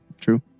true